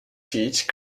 teach